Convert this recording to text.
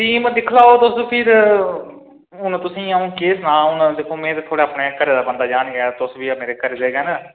team दिक्खी लैओ तुस फिर हून तुसें ई अ'ऊं केह् सनांऽ हून दिक्खो में ते थुआढ़े अपने घरै दा बंदा जन गै तुस बी मेरे घरै दे गै न